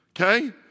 okay